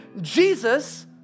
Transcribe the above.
Jesus